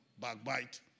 backbite